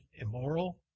immoral